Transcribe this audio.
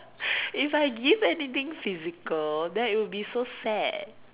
if I give anything physical then it'll be so sad